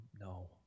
No